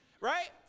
right